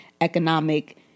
economic